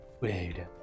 Wait